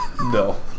No